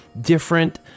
different